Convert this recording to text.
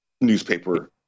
newspaper